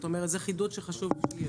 זה חידוד חשוב.